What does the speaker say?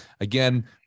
again